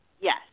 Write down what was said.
Yes